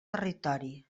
territori